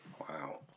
Wow